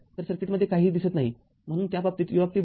तर सर्किटमध्ये काहीही दिसत नाहीम्हणून त्या बाबतीत u० आहे